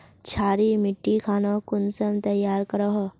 क्षारी मिट्टी खानोक कुंसम तैयार करोहो?